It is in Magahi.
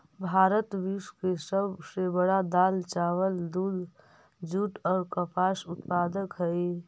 भारत विश्व के सब से बड़ा दाल, चावल, दूध, जुट और कपास उत्पादक हई